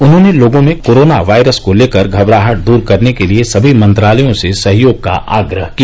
उन्होंने लोगों में कोरोना वायरस को लेकर घबराहट दूर करने के लिए सभी मंत्रालयों से सहयोग का आग्रह किया